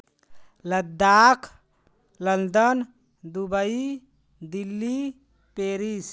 Ladakh London Dubai Delhi Paris